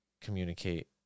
communicate